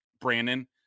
Brandon